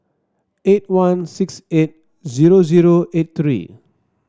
eight one six eight zero zero eight three